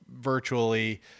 virtually